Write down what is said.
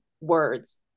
words